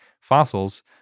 fossils